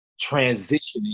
transitioning